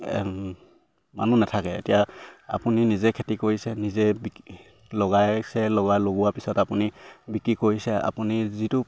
মানুহ নাথাকে এতিয়া আপুনি নিজে খেতি কৰিছে নিজে লগাইছে লগাই লগোৱাৰ পিছত আপুনি বিক্ৰী কৰিছে আপুনি যিটো